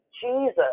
Jesus